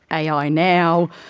ai ah ai now,